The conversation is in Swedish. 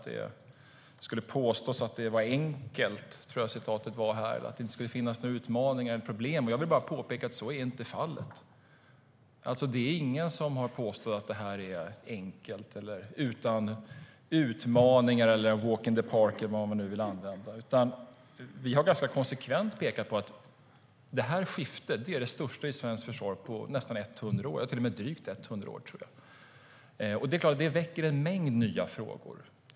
Det påstås att det är enkelt - jag tror att det var så det uttrycktes - och att det inte skulle finnas några utmaningar eller problem. Jag vill bara påpeka att så är inte fallet. Det är ingen som har påstått att detta är enkelt, utan utmaningar, a walk in the park eller vilket uttryck man nu vill använda. Vi har ganska konsekvent pekat på att detta skifte är det största i svenskt försvar på drygt 100 år. Det är klart att det väcker en mängd nya frågor.